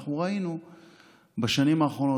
אנחנו ראינו בשנים האחרונות,